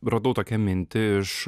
radau tokią mintį iš